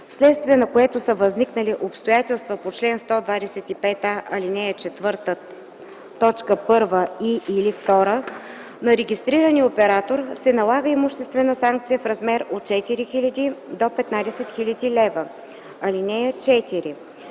вследствие на което са възникнали обстоятелства по чл. 125а, ал. 4, т. 1 и/или 2, на регистрирания оператор се налага имуществена санкция в размер от 4000 до 15 000 лв. (4)